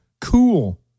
cool